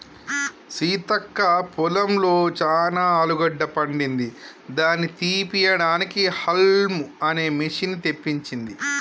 సీతక్క పొలంలో చానా ఆలుగడ్డ పండింది దాని తీపియడానికి హౌల్మ్ అనే మిషిన్ని తెప్పించింది